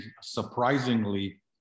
surprisingly